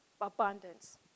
abundance